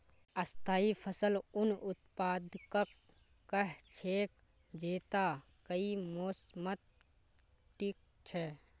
स्थाई फसल उन उत्पादकक कह छेक जैता कई मौसमत टिक छ